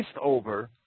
over